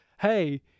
hey